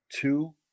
two